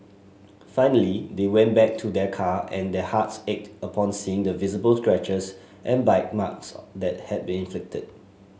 finally they went back to their car and their hearts ached upon seeing the visible scratches and bite marks that had been inflicted